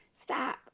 stop